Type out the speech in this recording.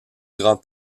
grand